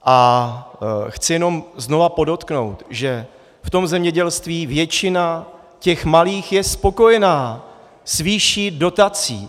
A chci jenom znova podotknout, že v tom zemědělství většina těch malých je spokojena s výší dotací.